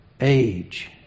age